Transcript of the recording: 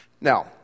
Now